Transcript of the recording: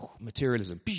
Materialism